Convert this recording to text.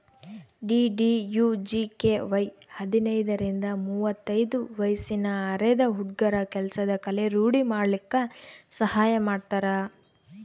DDUGKY ಹದಿನೈದರಿಂದ ಮುವತ್ತೈದು ವಯ್ಸಿನ ಅರೆದ ಹುಡ್ಗುರ ಕೆಲ್ಸದ್ ಕಲೆ ರೂಡಿ ಮಾಡ್ಕಲಕ್ ಸಹಾಯ ಮಾಡ್ತಾರ